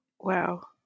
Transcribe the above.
wow